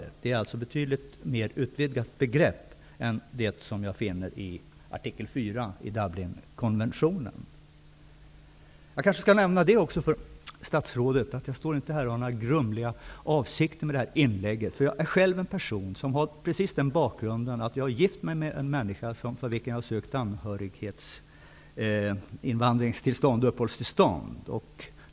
Begreppet är alltså väsentligt mer utvidgat än det som man finner i artikel 4 i Jag har inte några grumliga avsikter med mina inlägg. Min bakgrund är att jag är gift med en människa, för vilken jag har sökt uppehållstillstånd.